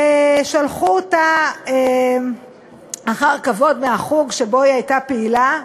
ושלחו אותה אחר כבוד מהחוג שבו היא הייתה פעילה.